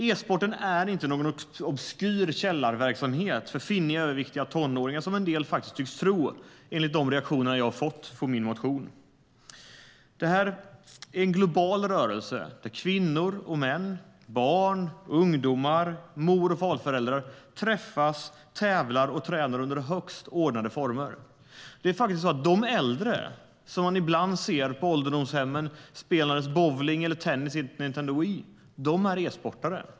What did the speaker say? E-sporten är inte någon obskyr källarverksamhet för finniga, överviktiga tonåringar, som en del tycks tro enligt de reaktioner jag har fått på min motion. Det är en global rörelse där kvinnor, män, barn, ungdomar och mor och farföräldrar träffas, tävlar och tränar under högst ordnade former. De äldre som man ibland ser på ålderdomshemmen spelandes bowling eller tennis i ett Nintendo Wii är e-sportare.